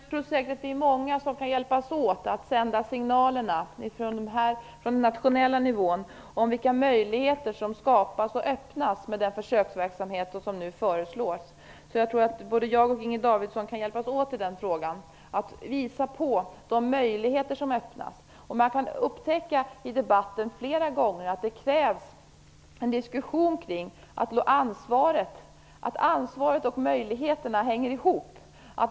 Fru talman! Jag tror säkert att det är många som kan hjälpas åt att sända signaler från den nationella nivån om vilka möjligheter som skapas och öppnas med den försöksverksamhet som nu föreslås. Jag tror att både Inger Davidson och jag kan hjälpas åt för att visa på de möjligheter som öppnas. Man kan i debatten flera gånger upptäcka att det krävs en diskussion kring ansvaret. Ansvaret och möjligheterna hänger ihop.